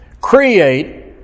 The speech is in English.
Create